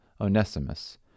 Onesimus